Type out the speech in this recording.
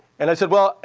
and i said, well,